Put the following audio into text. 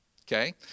Okay